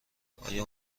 آیا